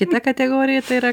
kita kategorija tai yra